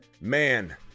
man